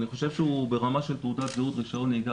אני חושב שהוא ברמה של תעודת זהות ורישיון נהיגה,